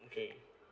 okay